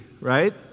right